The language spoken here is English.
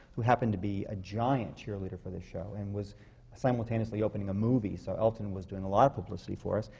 who happened to be a giant cheerleader for the show and was simultaneously opening a movie, so elton was doing a lot of publicity for us.